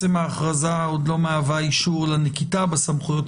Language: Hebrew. הכרזה על מצב חירום בשל נגיף הקורונה לפי חוק סמכויות